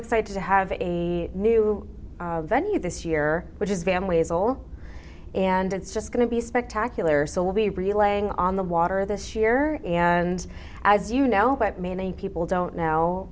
excited to have a new venue this year which is family is all and it's just going to be spectacular so we'll be relaying on the water this year and as you know that many people don't know